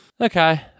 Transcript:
Okay